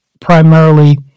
primarily